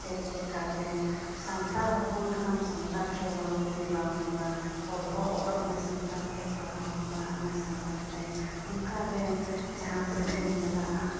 ᱥᱮ ᱪᱤᱠᱟᱹᱛᱮ ᱥᱟᱱᱛᱟᱲ ᱦᱚᱯᱚᱱ ᱠᱟᱱᱟᱢ ᱥᱟᱱᱛᱟᱲᱛᱮ ᱨᱚᱲ ᱡᱩᱫᱤ ᱵᱟᱢ ᱨᱚᱲᱟ ᱚᱞᱦᱚᱸ ᱚᱞᱚᱜ ᱢᱮ ᱥᱟᱱᱛᱟᱲᱛᱮ ᱯᱟᱲᱦᱟᱣᱦᱚᱸ ᱯᱟᱲᱦᱟᱜ ᱢᱮ ᱥᱟᱱᱛᱟᱲᱛᱮ ᱚᱱᱠᱟᱜᱮ ᱡᱟᱦᱟᱸᱥᱮᱫᱜᱮᱢ ᱪᱟᱞᱟᱜᱼᱟ